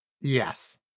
yes